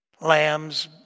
Lamb's